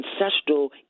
ancestral